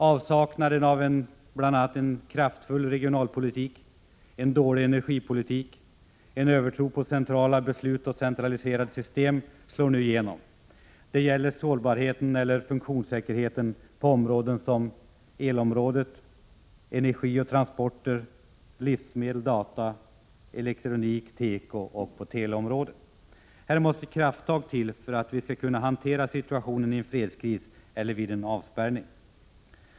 a. avsaknaden av en kraftfull regionalpolitik, en dålig energipolitik, en övertro på centrala beslut och centraliserade system slår nu igenom. Det gäller sårbarheten eller funktionssäkerheten på områden som el, energi, transporter, livsmedel, data, elektronik, teko och teleförbindelser. Här Prot. 1986/87:133 måste krafttag till för att vi skall kunna hantera situationen i en fredskriseller 1 juni 1987 vid en avspärrning.